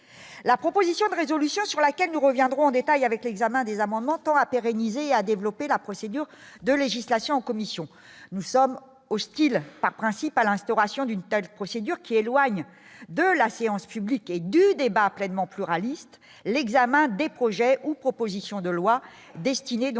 la proposition de résolution sur laquelle nous reviendrons en détail avec l'examen des amendements tend à pérenniser à développer la procédure de législation commission nous sommes hostiles par principe à l'instauration d'une telle procédure qui éloigne de la séance publique et du débat pleinement pluraliste, l'examen des projets ou propositions de loi destinée